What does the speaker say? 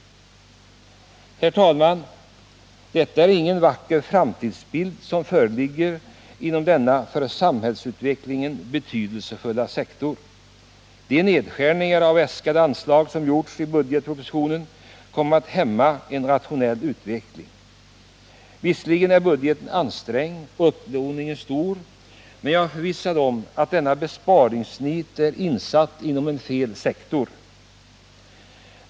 Herr talman! Det är ingen vacker framtidsbild som föreligger inom denna för samhällsutvecklingen så betydelsefulla sektor. De nedskärningar av äskade anslag som gjorts i budgetpropositionen kommer att hämma en rationell utveckling. Visserligen är budgeten ansträngd och upplåningen stor, men jag är förvissad om att detta besparingsnit är insatt inom fel sektor.